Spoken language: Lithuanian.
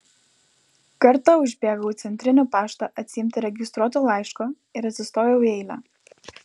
kartą užbėgau į centrinį paštą atsiimti registruoto laiško ir atsistojau į eilę